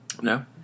No